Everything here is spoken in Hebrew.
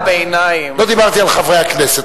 לא דיברתי על חברי הכנסת.